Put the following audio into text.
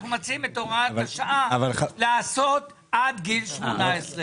אנחנו מציעים את הוראת השעה לעשות עד גיל 18,